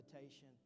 invitation